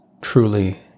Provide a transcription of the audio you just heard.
truly